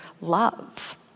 love